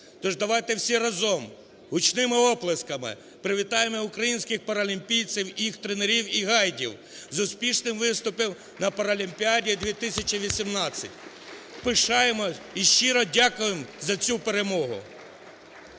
Тож давайте всі разом гучними оплесками привітаємо українських паралімпійців і їх тренерів, і гайдів з успішним виступом на Паралімпіаді - 2018. Пишаємося і щиро дякуємо за цю перемогу.